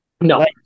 No